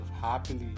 happily